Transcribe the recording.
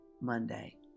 Monday